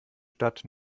stadt